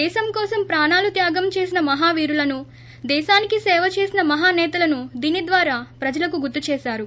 దేశం కోసం ప్రాణాలు త్యాగం చేసిన మహావీరులను దేశానికి సేవ చేసిన మహాసేతలను దీని ద్వారా ప్రజలకు గుర్తు చేశారు